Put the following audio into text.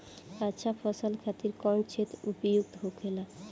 अच्छा फसल खातिर कौन क्षेत्र उपयुक्त होखेला?